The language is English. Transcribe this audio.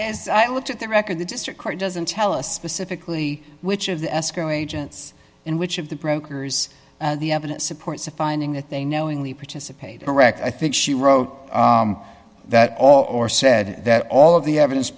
as i looked at the record the district court doesn't tell us specifically which of the escrow agents in which of the brokers the evidence supports the finding that they knowingly participate directly i think she wrote that all or said that all of the evidence